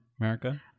America